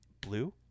blue